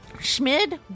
Schmid